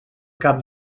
cap